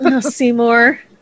Seymour